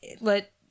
let